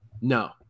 No